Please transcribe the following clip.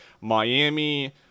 Miami